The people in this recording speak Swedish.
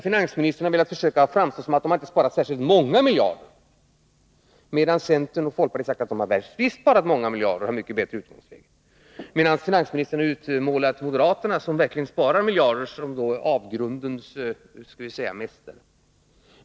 Finansministern har försökt framställa det som att de inte har sparat särskilt många miljarder, medan centern och folkpartiet har sagt att de visst har sparat många miljarder och har ett mycket bättre utgångsläge. Däremot har finansministern utmålat moderaterna — som verkligen sparar miljarder — som något slags avgrundens mästare.